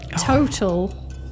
total